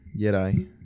yeti